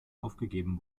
aufgegeben